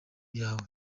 yawe